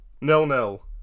Nil-nil